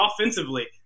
offensively